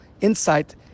insight